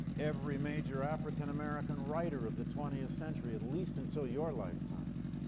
every major african-american writer of the twentieth century, at least until your lifetime,